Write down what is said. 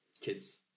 kids